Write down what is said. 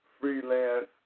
freelance